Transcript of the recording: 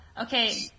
Okay